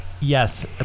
Yes